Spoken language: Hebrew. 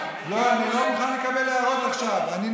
רק הערה, רק הערה, לא.